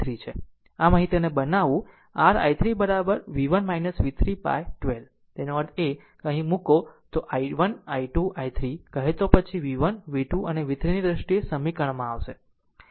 આમ આમ અહીં તેને બનાવવું r i3 v1 v3 by 12 તેનો અર્થ એ કે જો તેને અહીં મૂકો તો i1 i 2 i3 કહે તો પછી v1 v2 અને v3 ની દ્રષ્ટિએ સમીકરણમાં આવશે